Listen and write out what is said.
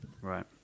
right